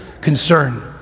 concern